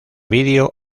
video